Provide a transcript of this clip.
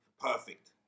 perfect